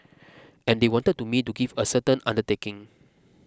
and they wanted to me to give a certain undertaking